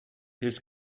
his